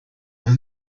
was